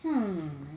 hmm